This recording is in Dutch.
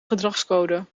gedragscode